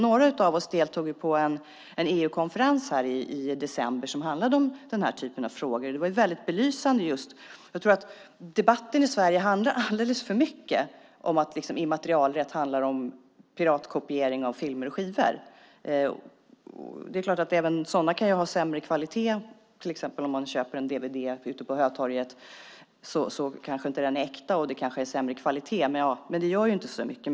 Några av oss deltog i en EU-konferens i december som handlade om den här typen av frågor, och den var väldigt belysande. Debatten i Sverige handlar alldeles för mycket om att immaterialrätt gäller piratkopiering av filmer och skivor. Det är klart att även sådana kan ha sämre kvalitet. Om man till exempel köper en dvd på Hötorget kanske den inte är äkta och har sämre kvalitet, men det gör inte så mycket.